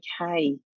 Okay